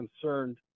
concerned